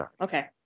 Okay